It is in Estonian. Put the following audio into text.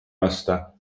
lasta